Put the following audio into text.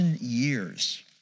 years